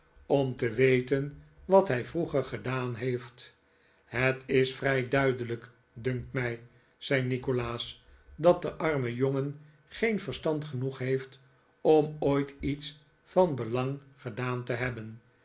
om te weten wat hij vroeger gedaan heeft het is vrij duidelijk dunkt mij zei nikolaas dat de arme jongen geen verstand genoeg heeft om ooit iets van belang gedaan te hebben